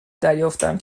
دریافتم